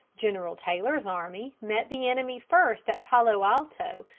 general taylor's army met the enemy first at palo alto,